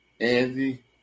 Andy